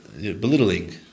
belittling